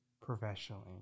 professionally